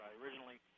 originally